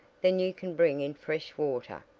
then you can bring in fresh water,